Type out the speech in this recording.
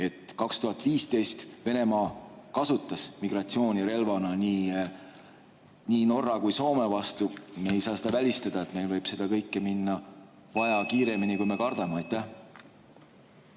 2015 Venemaa kasutas migratsiooni relvana nii Norra kui Soome vastu. Me ei saa seda välistada, et meil võib seda kõike minna vaja kiiremini, kui me kardame. Aitäh!